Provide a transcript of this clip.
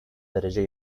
derece